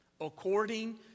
according